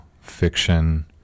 fiction